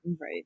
Right